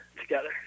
together